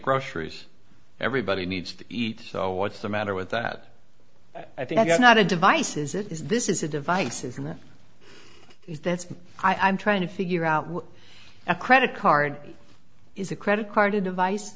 groceries everybody needs to eat so what's the matter with that i think it's not a device is it is this is a device and this is that's i'm trying to figure out what a credit card is a credit card a device